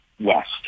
West